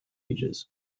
ages